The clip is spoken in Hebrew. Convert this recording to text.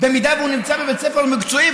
במידה שהוא נמצא בבית ספר מקצועי,